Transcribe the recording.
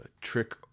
Trick